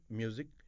music